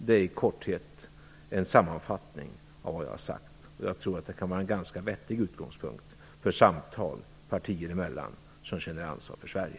Det är i korthet en sammanfattning av vad jag har sagt, och jag tror att det kan vara en ganska vettig utgångspunkt för samtal mellan partier som känner ansvar för Sverige.